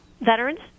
veterans